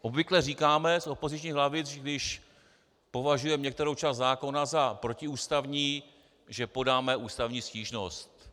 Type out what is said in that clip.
Obvykle říkáme z opozičních lavic, když považujeme některou část zákona za protiústavní, že podáme ústavní stížnost.